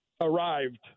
arrived